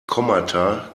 kommata